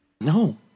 No